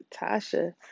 Tasha